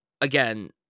again